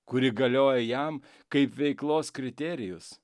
kuri galioja jam kaip veiklos kriterijus